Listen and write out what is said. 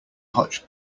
hotch